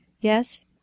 Yes